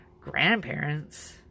Grandparents